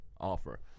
offer